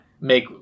make